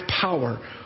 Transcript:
power